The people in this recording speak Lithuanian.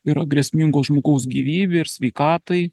yra grėsmingos žmogaus gyvybei ir sveikatai